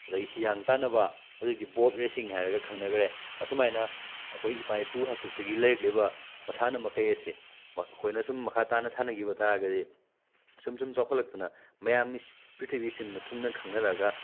ꯑꯗꯨꯗꯩ ꯍꯤꯌꯥꯡ ꯇꯥꯟꯅꯕ ꯍꯧꯖꯤꯛꯇꯤ ꯕꯣꯠ ꯔꯦꯁꯤꯡ ꯍꯥꯏꯔꯒ ꯈꯪꯅꯈ꯭ꯔꯦ ꯑꯁꯨꯃꯥꯏꯅ ꯑꯩꯈꯣꯏ ꯏꯄꯥ ꯏꯄꯨ ꯍꯥꯛꯇꯛꯇꯒꯤ ꯂꯩꯔꯛꯂꯤꯕ ꯃꯁꯥꯟꯅ ꯃꯈꯩ ꯑꯁꯦ ꯑꯩꯈꯣꯏꯅ ꯁꯨꯝ ꯃꯈꯥ ꯇꯥꯅ ꯁꯥꯟꯅꯈꯤꯕ ꯇꯥꯔꯒꯗꯤ ꯑꯁꯨꯝ ꯑꯁꯨꯝ ꯆꯥꯎꯈꯠꯂꯛꯇꯅ ꯃꯌꯥꯝ ꯄ꯭ꯔꯤꯊꯤꯕꯤ ꯁꯤꯟꯕ ꯊꯨꯡꯅ ꯈꯪꯅꯔꯛꯑꯒ